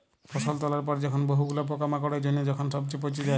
ফসল তোলার পরে যখন বহু গুলা পোকামাকড়ের জনহে যখন সবচে পচে যায়